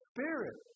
Spirit